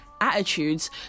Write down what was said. attitudes